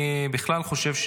אני בכלל חושב,